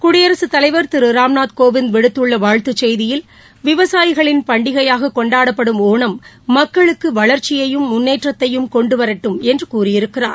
குடியரசுத் தலைவா் திரு ராம்நாத்கோவிந்த் விடுத்துள்ள வாழ்த்துச் செய்தியில் விவசாயிகளின் பண்டிகையாக கொண்டாடப்படும் ஒணம் மக்களுக்கு வளர்ச்சியையும் முன்னேற்றத்தையும் கொண்டு வரட்டும் என்று கூறியிருக்கிறார்